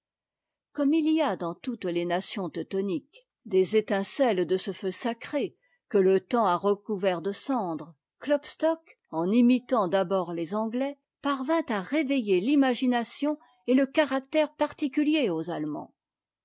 comme il y a dans toutes les nations teutoniques des étincelles de ce feu sacré que le temps a recouvert de cendre klopstock en imitant d'abord les anglais parvint à réveiller l'imagination et le caractère particuliers aux allemands